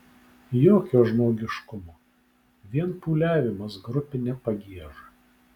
jokio žmogiškumo vien pūliavimas grupine pagieža